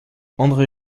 andré